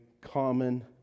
common